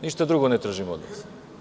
Ništa drugo ne tražimo od vas.